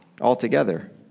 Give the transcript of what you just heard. altogether